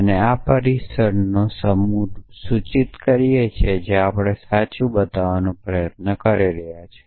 તેથી આ પરિસરનો સમૂહ સૂચિત કરે છે જે આપણે સાચું બતાવવાનો પ્રયાસ કરી રહ્યા છીએ